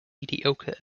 mediocre